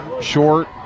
short